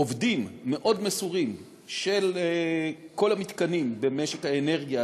עובדים מסורים מאוד של כל המתקנים במשק האנרגיה,